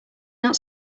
not